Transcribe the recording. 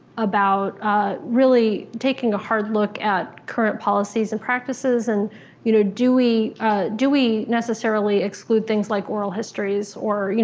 about really taking a hard look at current policies and practices, and you know, do we do we necessarily exclude things like oral histories. or,